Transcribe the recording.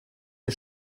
wir